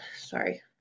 sorry